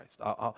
Christ